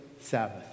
sabbath